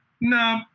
no